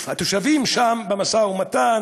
התושבים שם, במשא-ומתן,